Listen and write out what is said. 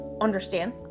understand